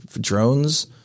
drones